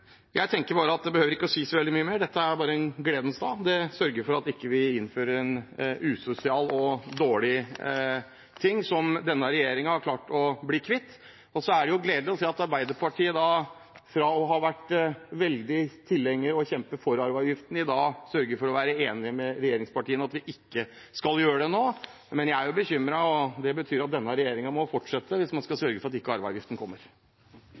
Jeg tenker at det behøver ikke sies så veldig mye mer. Dette er bare en gledens dag, når vi sørger for at vi ikke gjeninnfører en usosial og dårlig ting som denne regjeringen har klart å bli kvitt. Og det er jo gledelig å se at Arbeiderpartiet, som har vært veldig tilhenger av og forkjemper for avgiften, i dag sørger for å være enige med regjeringspartiene i at vi ikke skal gjøre det nå. Men jeg er bekymret, og det betyr at denne regjeringen må fortsette hvis man skal sørge for at arveavgiften ikke kommer